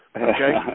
Okay